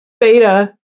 beta